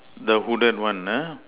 the hooded one ah